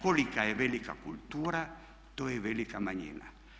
Kolika je velika kultura, to je velika manjina.